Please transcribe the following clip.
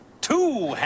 Two